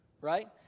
right